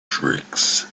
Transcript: tricks